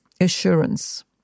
assurance